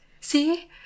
See